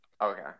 Okay